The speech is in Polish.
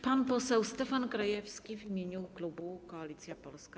Pan poseł Stefan Krajewski w imieniu klubu Koalicja Polska.